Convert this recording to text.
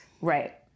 Right